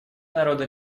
народно